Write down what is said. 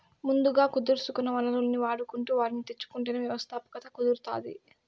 ముందుగా కుదుర్సుకున్న వనరుల్ని వాడుకుంటు వాటిని తెచ్చుకుంటేనే వ్యవస్థాపకత కుదురుతాది